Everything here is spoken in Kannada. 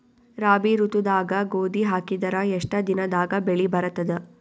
ರಾಬಿ ಋತುದಾಗ ಗೋಧಿ ಹಾಕಿದರ ಎಷ್ಟ ದಿನದಾಗ ಬೆಳಿ ಬರತದ?